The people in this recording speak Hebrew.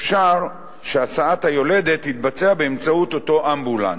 אפשר שהסעת היולדת תתבצע באמצעות אותו אמבולנס.